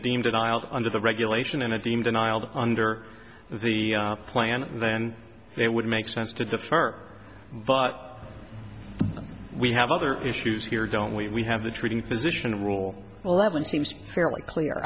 deemed an i'll under the regulation and i deem denial but under the plan then they would make sense to defer but we have other issues here don't we have the treating physician rule eleven seems fairly clear